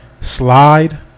Slide